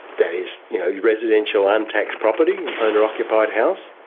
that is you know your residential untaxed property, owner-occupied house,